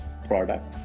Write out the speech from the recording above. product